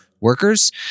workers